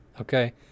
okay